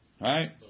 right